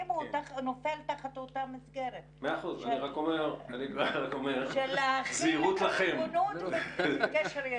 נופל תחת אותה מסגרת של להחיל את הריבונות וקשר ישיר.